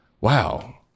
wow